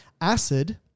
acid